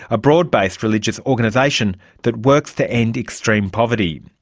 a broad-based religious organisation that works to end extreme poverty.